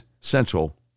Central